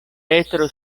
petro